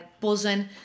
buzzing